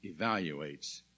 evaluates